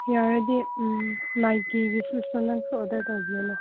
ꯌꯥꯔꯗꯤ ꯎꯝ ꯅꯥꯏꯀꯤꯒꯤ ꯁꯨꯁꯇꯣ ꯅꯪꯁꯨ ꯑꯣꯗꯔ ꯇꯧꯕꯤꯍꯜꯂꯣ